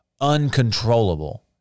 uncontrollable